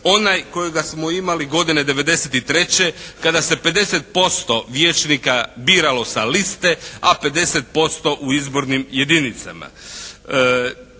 onaj kojega smo imali godine '93. kada se 50% vijećnika biralo sa liste, a 50% u izbornim jedinicama.